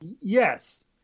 Yes